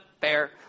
Fair